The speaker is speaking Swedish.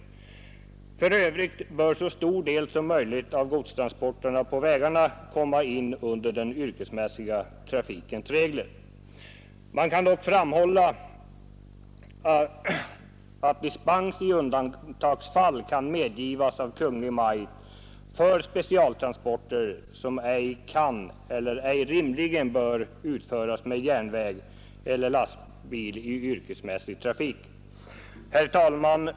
För övrigt bör så stor del som möjligt av godstransporterna på vägarna komma in under den yrkesmässiga trafikens regler. Man kan dock framhålla att dispens i undantagsfall kan medgivas av Kungl. Maj:t för specialtransporter som ej kan eller ej rimligen bör utföras med järnväg eller lastbil i yrkesmässig trafik. Herr talman!